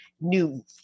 new